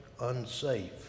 unsafe